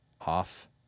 off